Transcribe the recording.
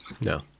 no